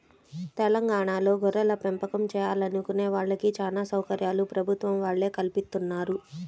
తెలంగాణాలో గొర్రెలపెంపకం చేయాలనుకునే వాళ్ళకి చానా సౌకర్యాలు ప్రభుత్వం వాళ్ళే కల్పిత్తన్నారు